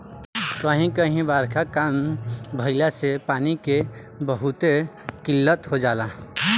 कही कही बारखा कम भईला से पानी के बहुते किल्लत हो जाला